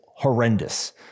Horrendous